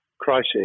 crisis